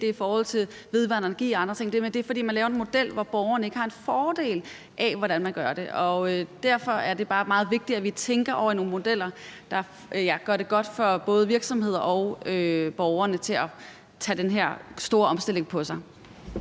set det i forhold til vedvarende energi og andre ting. Det er, fordi man laver en model, hvor borgerne ikke har en fordel af, hvordan man gør det. Derfor er det bare meget vigtigt, at vi tænker over nogle modeller, der gør det godt for både virksomheder og borgerne at tage den her store omstilling på sig.